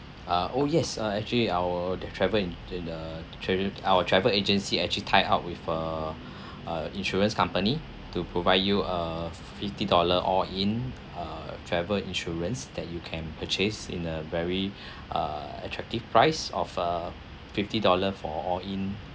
uh oh yes uh actually our the travel agen~ the trav~ our travel agency actually tied up with err uh insurance company to provide you err fifty dollar all-in uh travel insurance that you can purchase in a very ah attractive price of a fifty dollar for all-in